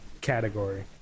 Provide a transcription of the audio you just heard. category